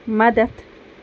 مدتھ